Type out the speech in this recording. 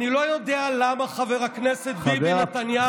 אני לא יודע למה חבר הכנסת ביבי נתניהו,